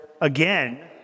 again